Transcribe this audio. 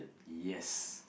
yes